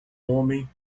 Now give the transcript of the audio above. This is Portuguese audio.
homem